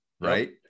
Right